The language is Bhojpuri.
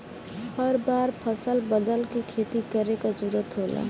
हर बार फसल बदल के खेती करे क जरुरत होला